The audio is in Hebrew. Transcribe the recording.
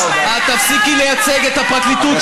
את תפסיקי לייצג את הפרקליטות.